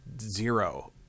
zero